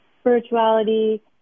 spirituality